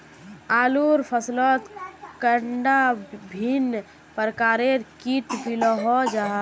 आलूर फसलोत कैडा भिन्न प्रकारेर किट मिलोहो जाहा?